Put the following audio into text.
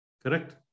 Correct